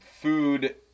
food